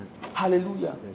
Hallelujah